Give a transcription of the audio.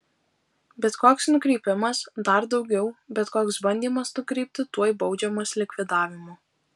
bet koks nukrypimas dar daugiau bet koks bandymas nukrypti tuoj baudžiamas likvidavimu